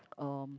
um